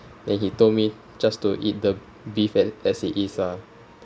then he told me just to eat the beef as as it is ah